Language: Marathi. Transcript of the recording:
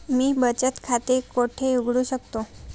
मी बचत खाते कोठे उघडू शकतो?